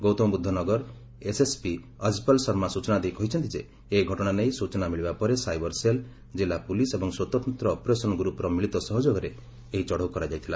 Gautam Buddh Nagar SSP Ajaypal Sharma ସୂଚନା ଦେଇ କହିଛନ୍ତି ଯେ ଏହି ଘଟଣା ନେଇ ସୂଚନା ମିଳିବା ପରେ ସାଇବର୍ ସେଲ୍ ଜିଲ୍ଲା ପୁଲିସ୍ ଏବଂ ସ୍ୱତନ୍ତ୍ର ଅପରେସନ୍ ଗ୍ରପ୍ର ମିଳିତ ସହଯୋଗରେ ଏହି ଚଢଉ କରାଯାଇଥିଲା